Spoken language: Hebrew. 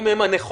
האם הם הנכונים?